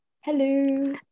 Hello